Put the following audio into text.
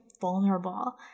vulnerable